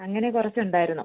അങ്ങനെ കുറച്ച് ഉണ്ടായിരുന്നു